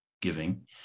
giving